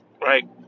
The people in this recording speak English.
Right